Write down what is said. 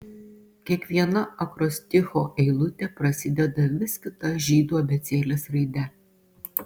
kiekviena akrosticho eilutė prasideda vis kita žydų abėcėlės raide